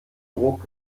ruck